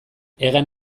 hegan